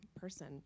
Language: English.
person